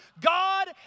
God